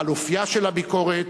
על אופיה של הביקורת,